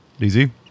Easy